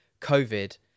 covid